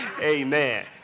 Amen